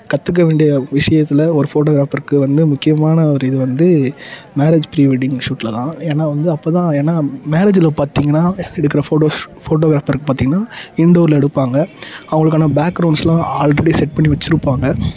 கற்றுக்க வேண்டிய விஷயத்தில் ஒரு ஃபோட்டோகிராபருக்கு வந்து முக்கியமான ஒரு இது வந்து மேரேஜ் ப்ரீ வெட்டிங் ஷூட்டில் தான் ஏன்னா வந்து அப்போ தான் ஏன்னா மேரேஜில் பாத்தீங்கன்னா எடுக்கிற ஃபோட்டோஸ் ஃபோட்டோகிராபருக்கு பார்த்தீங்கன்னா இண்டோரில் எடுப்பாங்க அவங்களுக்கான பேக்ரௌண்ட்ஸுலாம் ஆல்ரெடி செட் பண்ணி வெச்சுருப்பாங்க